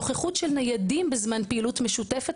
נוכחות של ניידים בזמן פעילות משותפת